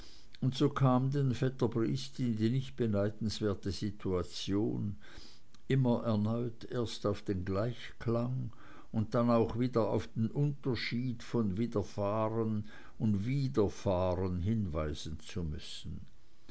und so kam denn vetter briest in die nicht beneidenswerte situation immer erneut erst auf den gleichklang und dann auch wieder auf den unterschied von widerfahren und wieder fahren hinweisen zu müssen